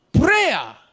Prayer